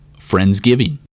Friendsgiving